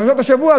בפרשת השבוע,